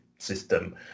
system